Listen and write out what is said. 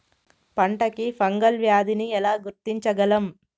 పంట కి ఫంగల్ వ్యాధి ని ఎలా గుర్తించగలం?